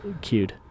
cute